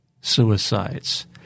suicides